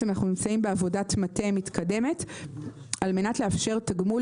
אנחנו נמצאים בעבודת מטה מתקדמת על מנת לאפשר תגמול